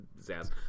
zazz